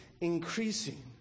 increasing